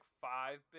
five